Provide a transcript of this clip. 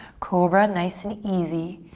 cobra, nice and easy.